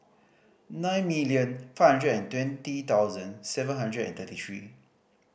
nine million five hundred and twenty thousand seven hundred and thirty three